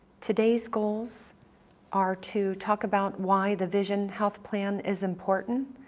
today's goals are to talk about why the vision health plan is important,